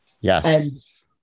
Yes